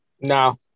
No